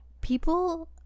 People